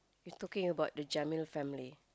you talking about the Jamil family